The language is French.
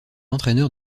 entraîneur